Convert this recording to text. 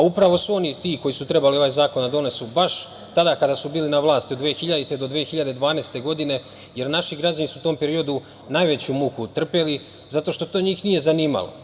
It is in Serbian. Upravo su oni ti koji su trebali ovaj zakon da donesu, baš tada kada su bili na vlasti, od 2000. do 2012. godine, jer naši građani su u tom periodu najveću muku trpeli, zato što to njih nije zanimalo.